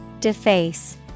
Deface